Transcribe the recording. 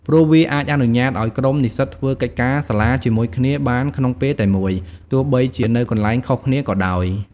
ព្រោះវាអាចអនុញ្ញាតិឱ្យក្រុមនិស្សិតធ្វើកិច្ចការសាលាជាមួយគ្នាបានក្នុងពេលតែមួយ ទោះបីជានៅទីកន្លែងខុសគ្នាក៏ដោយ។